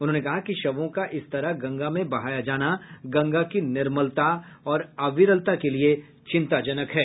उन्होंने कहा कि शवों का इस तरह गंगा में बहाया जाना गंगा की निर्मलता और अविरलता के लिए चिंताजनक है